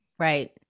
right